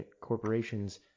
corporations